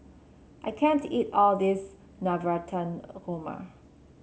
I can't eat all of this Navratan Korma